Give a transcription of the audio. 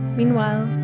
meanwhile